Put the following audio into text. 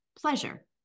pleasure